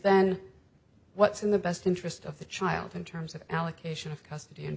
then what's in the best interest of the child in terms of allocation of custody